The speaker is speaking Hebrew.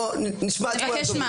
בוא נשמע את כל הדוברים --- נבקש מה?